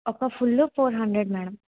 ఒక full four hundred madam